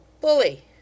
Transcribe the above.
bully